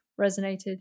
resonated